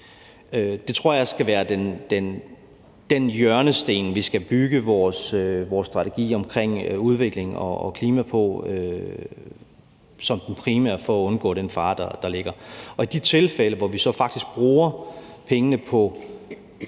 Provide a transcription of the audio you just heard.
Det tror jeg skal være den hjørnesten, vi skal bygge vores strategi omkring udvikling og klima på som den primære for at undgå den fare, der ligger. Og i de tilfælde, hvor vi så faktisk bruger pengene på